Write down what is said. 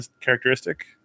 characteristic